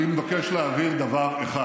אני מבקש להבהיר דבר אחד: